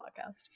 podcast